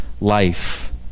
Life